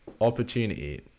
opportunity